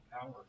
power